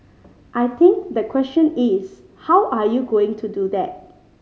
I think the question is how are you going to do that